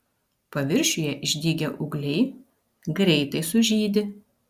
paviršiuje išdygę ūgliai greitai sužydi